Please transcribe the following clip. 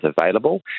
available